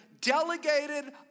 delegated